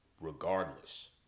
regardless